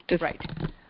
Right